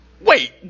Wait